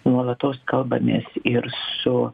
nuolatos kalbamės ir su